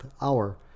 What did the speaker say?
hour